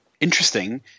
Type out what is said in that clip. Interesting